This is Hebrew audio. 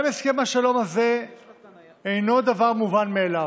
גם הסכם השלום הזה אינו דבר מובן מאליו.